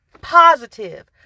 positive